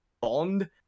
bond